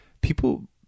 people